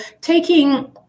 taking